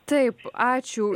taip ačiū